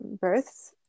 births